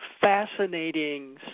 fascinating